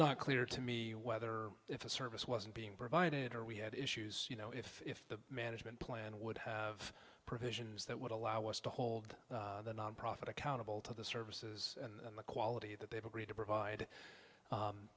not clear to me whether if a service wasn't being provided or we had issues you know if the management plan would have provisions that would allow us to hold the nonprofit accountable to the services and the quality that they've agreed to provide